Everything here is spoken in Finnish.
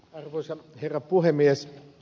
arvoisa herra puhemies